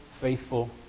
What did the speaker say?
faithful